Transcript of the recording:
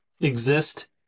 exist